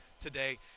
today